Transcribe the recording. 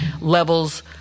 levels